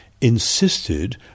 insisted